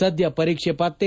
ಸಧ್ಯ ಪರೀಕ್ಷೆ ಪತ್ತೆ